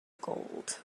gold